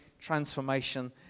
transformation